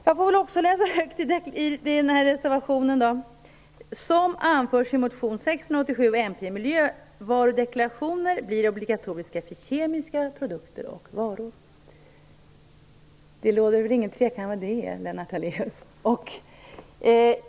Jag får väl också läsa högt i den här reservationen då: "som anförs i motion Jo687 , miljövarudeklarationer blir obligatoriska för kemiska produkter och varor". Det råder väl ingen tvekan om vad det är, Lennart Daléus.